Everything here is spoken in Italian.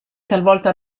talvolta